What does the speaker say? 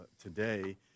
today